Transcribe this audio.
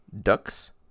ducks